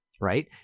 right